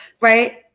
right